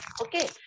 Okay